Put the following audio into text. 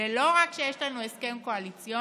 ולא רק שיש לנו הסכם קואליציוני,